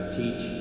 teach